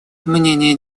мнения